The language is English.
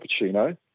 cappuccino